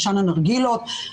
עשן הנרגילות.